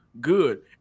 good